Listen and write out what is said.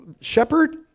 shepherd